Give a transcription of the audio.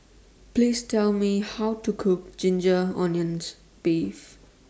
Please Tell Me How to Cook Ginger Onions Beef